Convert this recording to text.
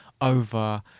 over